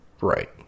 right